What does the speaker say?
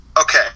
Okay